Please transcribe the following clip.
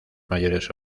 mayores